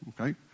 Okay